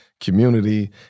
community